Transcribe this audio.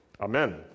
Amen